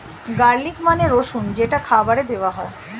garlic মানে রসুন যেটা খাবারে দেওয়া হয়